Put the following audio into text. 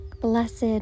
Blessed